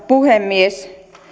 puhemies